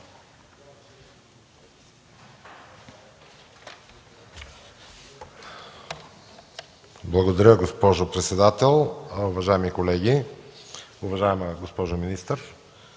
Благодаря, госпожо председател. Уважаеми колеги! Уважаема госпожо министър,